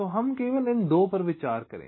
तो हम केवल इन 2 पर विचार करें